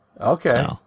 okay